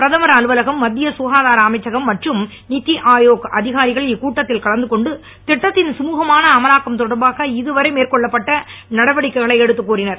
பிரதமர் அலுவலகம் மத்திய சுகாதார அமைச்சகம் மற்றும் நீத்தி ஆயோக் அதிகாரிகள் இக்கூட்டத்தில் கலந்து கொண்டு இட்டத்தின் கமுகமான அமலாக்கம் தொடர்பாக இதுவரை மேற்கொள்ளப்பட்டுள்ள நடவடிக்கைகளை எடுத்துக் கூறினர்